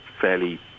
fairly